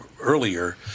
earlier